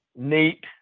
Neat